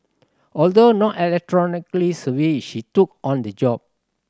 although not electronically savvy she took on the job